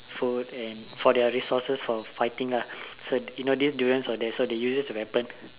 food and for their resources for fighting lah so you know durian was there so they use this weapon